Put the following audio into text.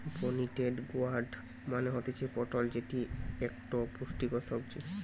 pointed gourd মানে হতিছে পটল যেটি একটো পুষ্টিকর সবজি